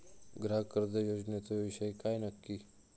ग्राहक कर्ज योजनेचो विषय काय नक्की?